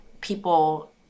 people